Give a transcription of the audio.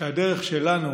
שהדרך שלנו